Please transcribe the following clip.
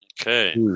Okay